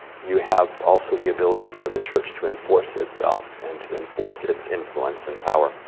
you have also the ability for the church to enforce itself and to enforce its influence and power,